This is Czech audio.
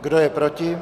Kdo je proti?